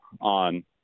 on